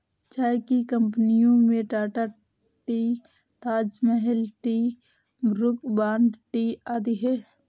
चाय की कंपनियों में Tata tea, Taj Mahal tea, Brooke Bond tea आदि है